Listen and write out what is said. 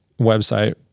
website